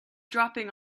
dropping